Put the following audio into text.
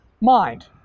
mind